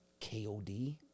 KOD